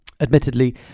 admittedly